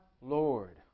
Lord